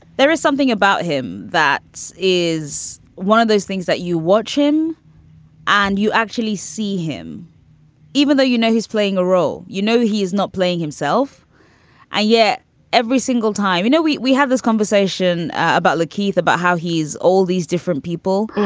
there is something about him that is one of those things that you watch him and you actually see him even though you know he's playing a role. you know, he's not playing himself yet every single time. you know, we we had this conversation about la keith, about how he's all these different people.